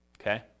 Okay